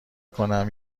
کنم